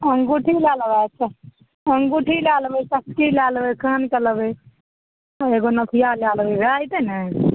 अँगुठिये लए लेबय अँगुठी लए ललेबय सब चीज लए लेबय कानके लेबय एगो नथिआ लए लेबय भए जेतय ने